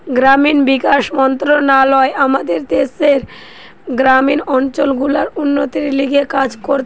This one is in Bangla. গ্রামীণ বিকাশ মন্ত্রণালয় আমাদের দ্যাশের গ্রামীণ অঞ্চল গুলার উন্নতির লিগে কাজ করতিছে